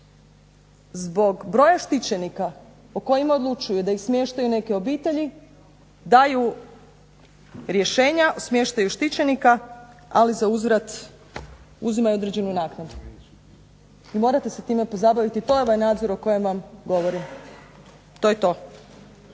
zbog broja štićenika o kojima odlučuju da ih smještaju neke obitelji daju rješenja o smještaju štićenika, ali zauzvrat uzimaju određenu naknadu. I morate se time pozabaviti. To je ovaj nadzor o kojem vam govorim. To je to.